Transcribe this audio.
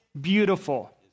beautiful